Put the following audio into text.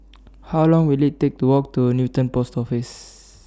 How Long Will IT Take to Walk to Newton Post Office